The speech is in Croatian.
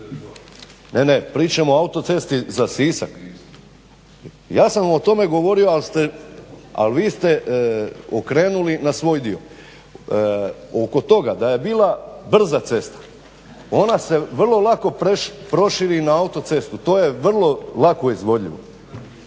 Ne, ne pričamo o autocesti za Sisak. Ja sam o tome govorio ali vi ste okrenuli na svoj dio. Oko toga da je bila brza cesta, ona se vrlo lako proširi na autocestu. To je vrlo lako izvodljivo